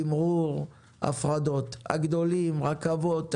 תיקונים קלים לוקחים לפחות שנה,